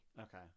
Okay